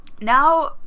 now